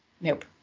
Nope